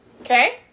Okay